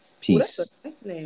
peace